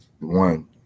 one –